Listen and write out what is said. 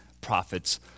prophets